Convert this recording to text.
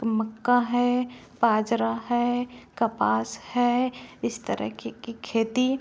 मक्का है बाजरा है कपास है इस तरीके की खेती